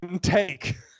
take